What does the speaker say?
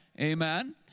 Amen